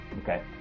Okay